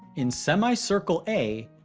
in semicircle a,